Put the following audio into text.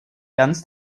ganz